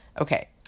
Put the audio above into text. Okay